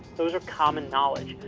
those are common knowledge.